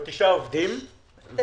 עובדים.